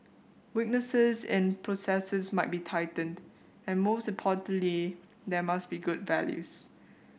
weaknesses in processes must be tightened and most importantly there must be good values